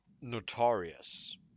Notorious